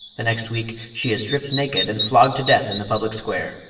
the next week she is stripped naked and flogged to death in the public square.